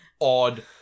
odd